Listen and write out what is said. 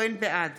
בעד